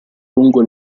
lungo